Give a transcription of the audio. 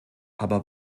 aber